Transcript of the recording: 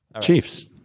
Chiefs